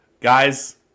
Guys